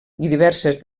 diverses